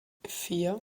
vier